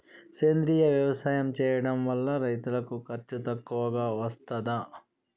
సేంద్రీయ వ్యవసాయం చేయడం వల్ల రైతులకు ఖర్చు తక్కువగా వస్తదా?